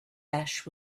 ash